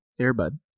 Airbud